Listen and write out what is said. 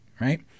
right